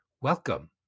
Welcome